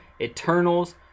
Eternals